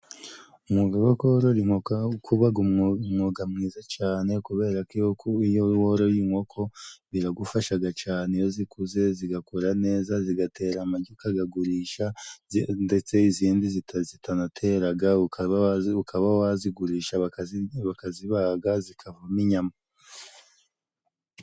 Umwuga wo korora inkoko ubaga umwuga mwiza cane kubera ko iyo woroye inkoko biragufashaga cane. Iyo zikuze zigakura neza, zigatera amagi ukagagurisha ndetse izindi zitanateraga ukaba wazigurisha, bakazibaga zikavama inyama.